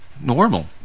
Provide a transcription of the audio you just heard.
normal